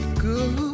good